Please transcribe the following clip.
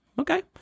okay